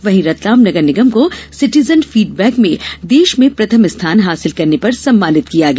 वहीं रतलाम नगर निगम को सिटीजन फीडबैक में देश में प्रथम स्थान हासिल करने पर सम्मानित किया गया